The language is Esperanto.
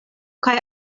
kaj